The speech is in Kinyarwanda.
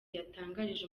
yatangarije